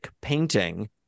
painting